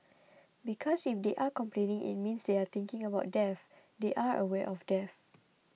because if they are complaining it means they are thinking about death they are aware of death